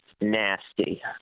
nasty